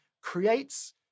creates